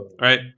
right